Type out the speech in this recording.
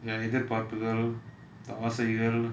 எதிர்பார்ப்புகள் ஆசைகள்:ethirpaarpugal aasaigal